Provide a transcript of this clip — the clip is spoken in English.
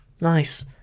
Nice